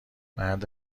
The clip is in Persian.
مرد